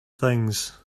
things